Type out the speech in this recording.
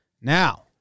Now